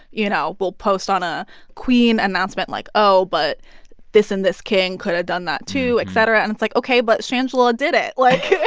you know, will post on a queen announcement like, oh, but this and this king could have done that too, et cetera. and it's like, ok, but shangela did it. like,